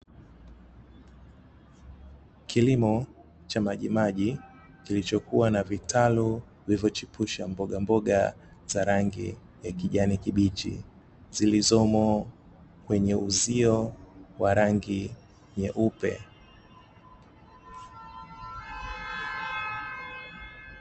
Kilimo cha majimaji kilichokua na vitalu, vilivyochipusha mbogamboga za rangi ya kijani kibichi zilizomo kwenye uzio wa rangi nyeupe.